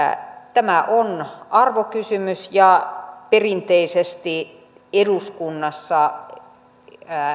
tämä on arvokysymys ja perinteisesti eduskunnassa